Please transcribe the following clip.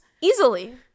easily